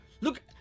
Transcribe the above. Look